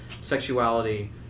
sexuality